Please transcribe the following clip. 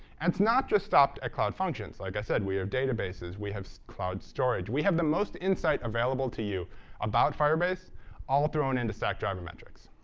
and it's not just stopped at cloud functions. like i said, we have databases. we have cloud storage. we have the most insight available to you about firebase all thrown into stackdriver metrics.